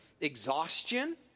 Exhaustion